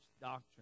doctrine